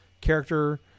character